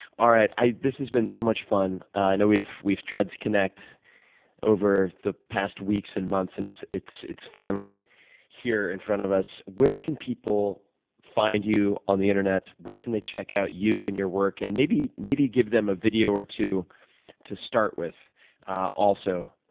all right. this has been so much fun. i know we've we've tried to connect over the past weeks and months, and it's it's finally here in front of us. where can people find you on the internet? where can they check out you and your work? and maybe maybe give them a video or two to start with also.